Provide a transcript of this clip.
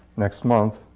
next month.